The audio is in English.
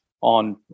on